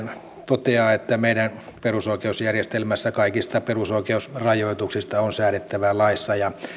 toteaa että meidän perusoikeusjärjestelmässä kaikista perusoikeusrajoituksista on säädettävä laissa ja